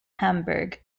hamburg